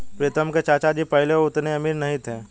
प्रीतम के चाचा जी पहले उतने अमीर नहीं थे